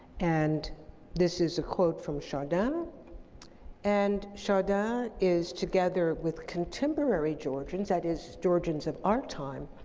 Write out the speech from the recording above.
and this is a quote from chardin and chardin and is together with contemporary georgians, that is georgians of our time